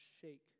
shake